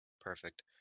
perfect